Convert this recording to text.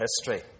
history